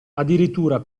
addirittura